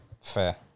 Fair